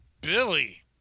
Billy